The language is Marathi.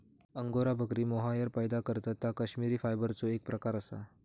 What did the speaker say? अंगोरा बकरी मोहायर पैदा करतत ता कश्मिरी फायबरचो एक प्रकार असा